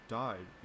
died